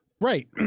Right